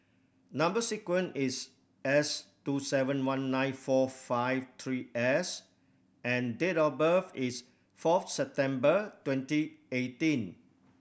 number sequence is S two seven one nine four five three S and date of birth is fourth September twenty eighteen